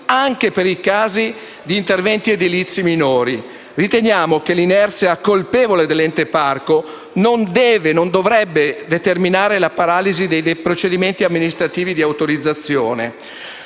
anche per i casi di interventi edilizi minori. Riteniamo che l'inerzia colpevole dell'Ente parco non debba e non dovrebbe determinare la paralisi dei procedimenti amministrativi di autorizzazione.